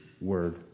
word